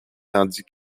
tandis